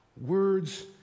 words